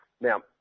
Now